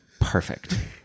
perfect